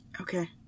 Okay